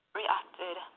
reacted